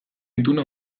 ituna